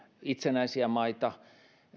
itsenäisiä maita